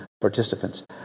participants